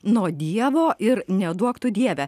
nuo dievo ir neduok tu dieve